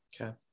Okay